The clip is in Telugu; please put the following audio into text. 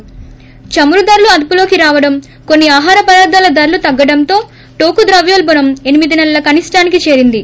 ి స్ట్రీ చమురు ధరలు అదుపులోకి రావడం కొన్ని ఆహార పదార్థాల ధరలు తగ్గడంతో టోకు ద్రవ్యోల్బణం ఎనిమిది నెలల కనిష్ఠానికి చేరింది